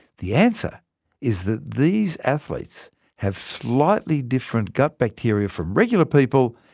the answer is that these athletes have slightly different gut bacteria from regular people,